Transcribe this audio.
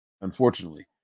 unfortunately